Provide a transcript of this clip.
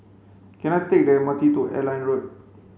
can I take the M R T to Airline Road